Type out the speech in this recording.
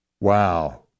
Wow